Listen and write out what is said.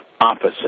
opposite